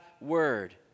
word